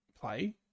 play